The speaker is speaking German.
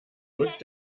rückt